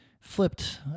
flipped